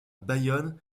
bayonne